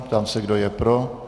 Ptám se, kdo je pro.